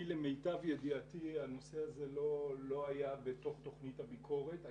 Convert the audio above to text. למיטב ידיעתי הנושא הזה לא היה בתוך תכנית הביקורת.